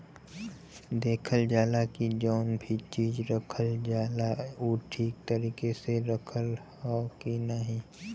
देखल जाला की जौन भी चीज रखल जाला उ ठीक तरीके से रखल हौ की नाही